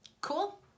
cool